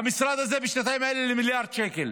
המשרד הזה בשנתיים האלה למיליארד שקל?